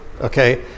okay